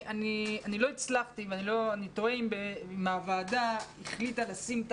אני תוהה אם הוועדה החליטה לשים את